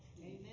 Amen